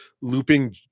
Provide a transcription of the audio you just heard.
looping